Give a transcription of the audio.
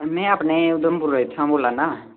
में अपने उधमपुर दा इत्थूं बोल्ला ना